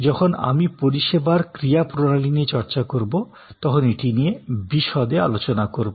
যখন আমি পরিষেবার ক্রিয়াপ্রণালী নিয়ে চর্চা করব তখন এটি নিয়ে বিশদে আলোচনা করব